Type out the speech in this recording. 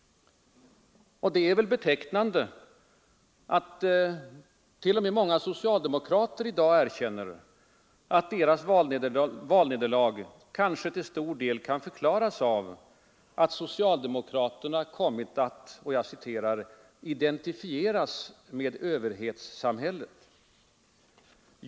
Det är betecknande att t.o.m. många socialdemokrater i dag erkänner att deras valnederlag kanske till stor del kan förklaras av att socialdemokraterna kommit att ”identifieras med överhetssamhället”.